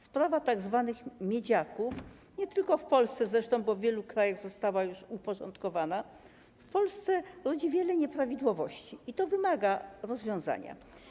Sprawa tzw. miedziaków - nie tylko w Polsce zresztą, bo w wielu krajach została już uporządkowana - w Polsce rodzi wiele nieprawidłowości i to wymaga rozwiązania.